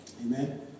Amen